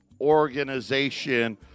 Organization